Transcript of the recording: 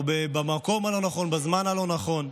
אולי, או במקום הלא-נכון בזמן הלא-נכון.